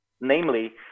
Namely